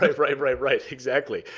right. right, right, right, exactly.